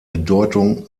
bedeutung